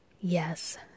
Yes